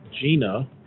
Gina